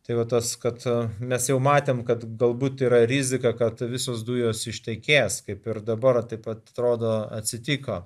tai va tas kad mes jau matėme kad galbūt yra rizika kad visos dujos ištekės kaip ir dabar taip pat rodo atsitiko